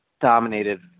dominated